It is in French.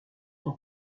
son